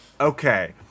Okay